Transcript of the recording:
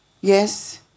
yes